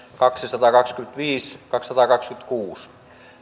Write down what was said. kaksisataakaksikymmentäviisi viiva kaksisataakaksikymmentäkuusi